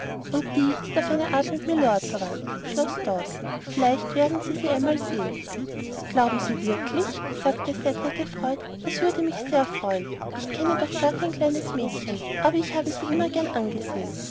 und die ist auf eine art mit mylord verwandt schloß dawson vielleicht werden sie sie einmal sehen glauben sie wirklich sagte cedrik erfreut das würde mich sehr freuen ich kenne noch gar kein kleines mädchen aber ich habe sie immer gern angesehen